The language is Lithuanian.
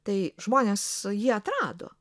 tai žmonės jį atrado